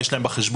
יש להם בחשבון.